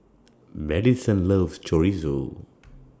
Maddison loves Chorizo